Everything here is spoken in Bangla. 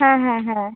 হ্যাঁ হ্যাঁ হ্যাঁ